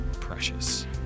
precious